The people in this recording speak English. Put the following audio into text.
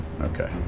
Okay